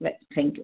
ज थैंक्यू